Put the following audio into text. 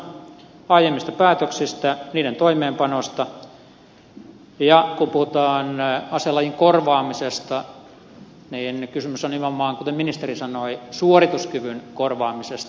kysymys on aiemmista päätöksistä niiden toimeenpanosta ja kun puhutaan aselajin korvaamisesta niin kysymys on nimenomaan kuten ministeri sanoi suorituskyvyn korvaamisesta